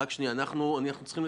אנחנו לא נמצאים בסרט הזה, אנחנו